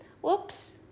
Whoops